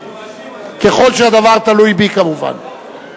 ככל שהדבר תלוי בי כמובן.